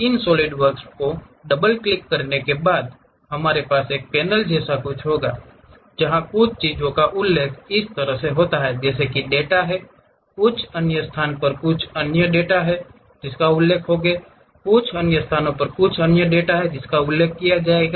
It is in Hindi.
इन सॉलिडवर्क्स को डबल क्लिक करने के बाद हमारे पास एक पैनल जैसा कुछ होगा जहाँ कुछ चीजों का उल्लेख इस तरह होता है जैसे कि डेटा हैं कुछ अन्य स्थानों पर कुछ अन्य डेटा उल्लेख होंगे कुछ अन्य स्थानों पर कुछ अन्य डेटा का उल्लेख किया जाएगा